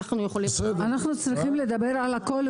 אנחנו צריכים לדבר על הכול,